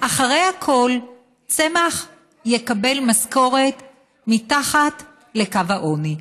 אחרי הכול צמח יקבל משכורת מתחת לקו העוני.